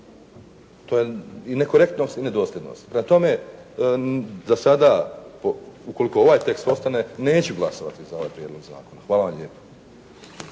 To je i nekorektnost i nedosljednost. Prema tome, za sada ukoliko ovaj tekst ostane, neću glasovati za ovaj prijedlog zakona. Hvala vam lijepo.